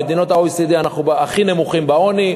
בקרב מדינות ה-OECD אנחנו הכי נמוכים בעוני,